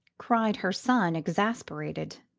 cried her son, exasperated.